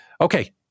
Okay